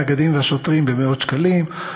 הנגדים והשוטרים במאות שקלים,